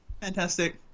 fantastic